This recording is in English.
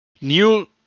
New